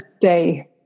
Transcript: day